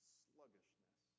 sluggishness